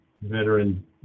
veteran